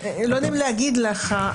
לא נעים לי להגיד לך,